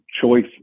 choice